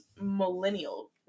millennial